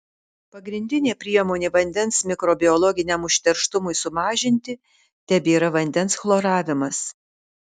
pagrindinė priemonė vandens mikrobiologiniam užterštumui sumažinti tebėra vandens chloravimas